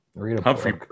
Humphrey